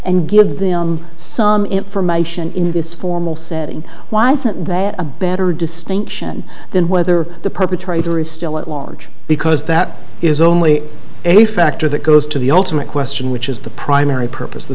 and give them some information in this formal setting why isn't there a better distinction than whether the perpetrator is still at large because that is only a factor that goes to the ultimate question which is the primary purpose the